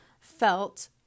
felt